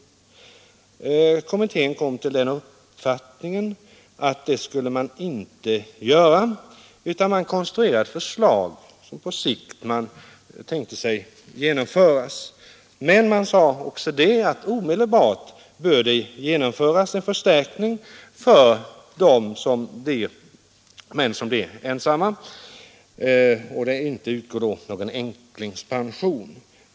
Kommittén kom till den uppfattningen att så inte skulle ske utan konstruerade ett förslag, som man på sikt tänkte genomföra. Kommittén sade också att det omedelbart borde genomföras en pensionsförstärkning för de män som blir ensamma och inte får ”änklingspension”.